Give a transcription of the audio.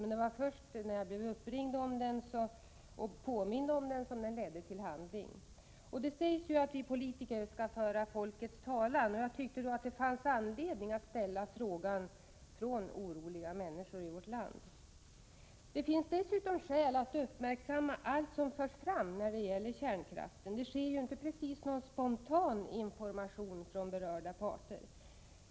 Men det var först när en person ringde upp mig och påminde mig om den som den ledde till handling. Det sägs att vi politiker skall föra folkets talan. Jag tyckte då att det fanns anledning att ställa frågan från oroliga människor i vårt land. Det finns dessutom skäl att uppmärksamma allt som förs fram när det gäller kärnkraften. Det ges ju inte precis någon spontan information från berörda parter.